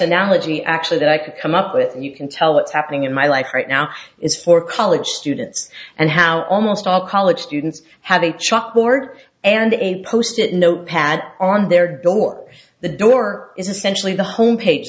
analogy actually that i could come up with and you can tell it's happening in my life right now is for college students and how almost all college students have a chalkboard and a post it note pad on their door the door is essentially the home page